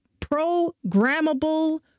programmable